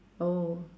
oh